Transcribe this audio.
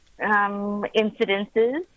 incidences